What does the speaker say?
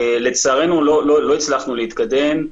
לצערנו לא הצלחנו להתקדם.